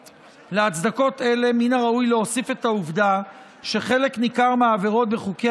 להצדקות אלה מן הראוי להוסיף את העובדה שחלק ניכר מהעבירות בחוקי